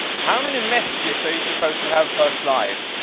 how many messages are you supposed to have per slide?